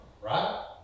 right